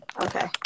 Okay